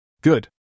Good